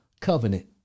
covenant